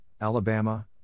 Alabama